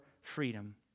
freedom